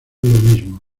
mismo